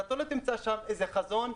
לא תמצא שם חזון.